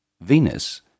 Venus